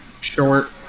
Short